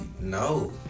no